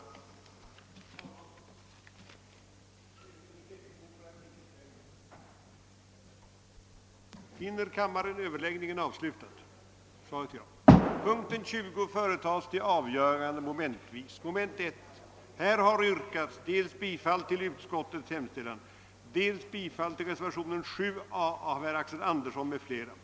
Jag har inget yrkande.